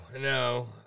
no